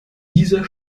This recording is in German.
dieser